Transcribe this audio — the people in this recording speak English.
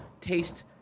taste